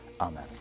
Amen